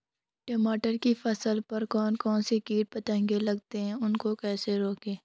टमाटर की फसल पर कौन कौन से कीट पतंग लगते हैं उनको कैसे रोकें?